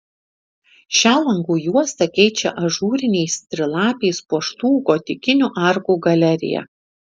šią langų juostą keičia ažūriniais trilapiais puoštų gotikinių arkų galerija